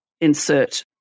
Insert